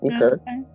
okay